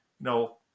No